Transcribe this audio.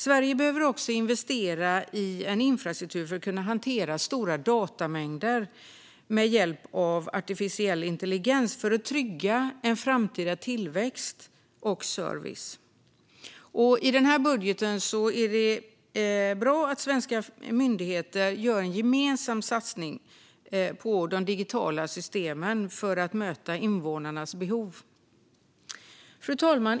Sverige behöver också investera i en infrastruktur som med hjälp av artificiell intelligens ska kunna hantera stora datamängder för att trygga en framtida tillväxt och service. Det är bra att svenska myndigheter gör en gemensam satsning på de digitala systemen för att möta invånarnas behov. Fru talman!